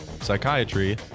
psychiatry